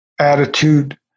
attitude